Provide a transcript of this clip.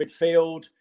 Midfield